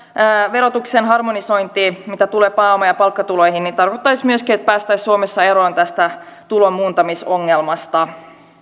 verotuksen harmonisointi mitä tulee pääoma ja palkkatuloihin tarkoittaisi myöskin että päästäisiin suomessa eroon tästä tulonmuuntamisongelmasta